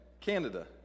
Canada